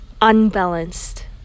unbalanced